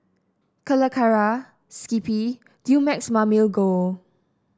Calacara Skippy Dumex Mamil Gold